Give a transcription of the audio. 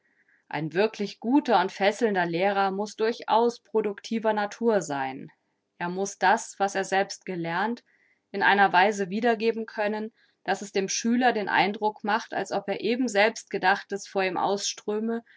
ein wirklich guter und fesselnder lehrer muß durchaus productiver natur sein er muß das was er selbst gelernt in einer weise wiedergeben können daß es dem schüler den eindruck macht als ob er eben selbstgedachtes vor ihm ausströme